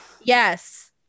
Yes